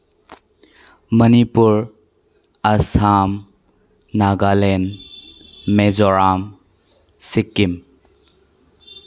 Manipur Assam Nagaland Mizoram Sikkim